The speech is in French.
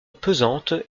pesante